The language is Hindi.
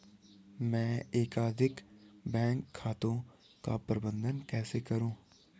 मैं एकाधिक बैंक खातों का प्रबंधन कैसे करूँ?